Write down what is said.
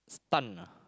stunned